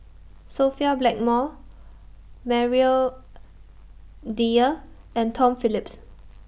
Sophia Blackmore Maria Dyer and Tom Phillips